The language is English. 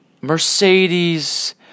Mercedes